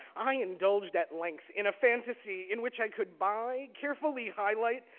i indulged at length in a fantasy in which i could buy, carefully highlight,